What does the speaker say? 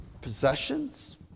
possessions